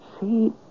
see